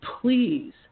please